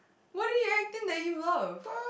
what did he act in that you love